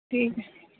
ठीक आहे